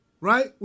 right